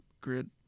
grid